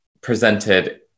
presented